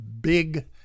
big